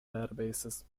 databases